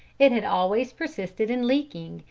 it had always persisted in leaking,